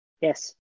Yes